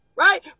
Right